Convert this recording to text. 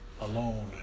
alone